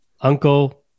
Uncle